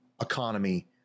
economy